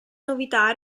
novità